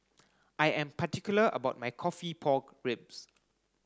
I am particular about my coffee pork ribs